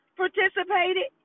participated